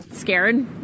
scared